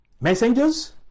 Messengers